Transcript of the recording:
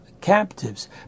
captives